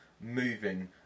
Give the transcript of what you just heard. moving